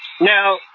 now